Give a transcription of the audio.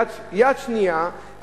יד שנייה,